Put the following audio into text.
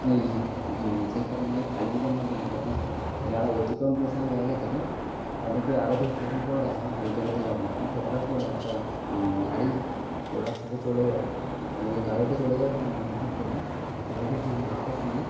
ওই সেই কারণেই খালবিলের মাধ্যমে যখন যারা অতিক্রম করছিল জায়গা থেকে তাদেরকে আগে থেকে সচেতন করে দেওয়া হয় যে ওই জায়গা দিয়ে যাবে না কিন্তু হঠাৎ করে একটা গাড়ি ও রাস্তা দিয়ে চলে গেল এবং ওই গাড়িটা চলে যাওয়ার জন্য হঠাৎ করে তড়িতের সঙ্গে আকর্ষণে